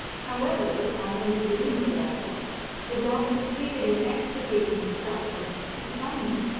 however, on his leaving the vessel the dog succeeded in extricating himself from his confinement,